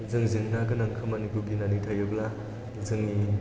जों जेंना गोनां खामानिखौ गिनानै थायोब्ला जोंनि